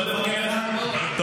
לא לפרגן לך?